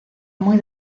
muy